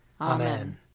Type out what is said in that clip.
Amen